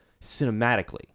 cinematically